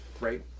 Right